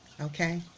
okay